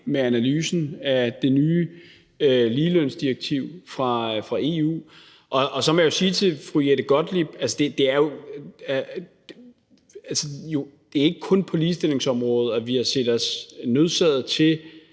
med analysen af det nye ligelønsdirektiv fra EU. Og så må jeg jo sige til fru Jette Gottlieb, at det ikke kun er på ligestillingsområdet, at vi har set os nødsaget til